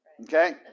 Okay